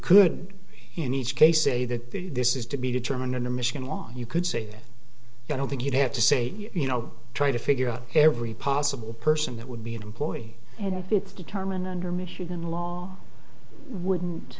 could in each case say that this is to be determined in a michigan law you could say that i don't think you'd have to say you know try to figure out every possible person that would be an employee and if it's determined under michigan law wouldn't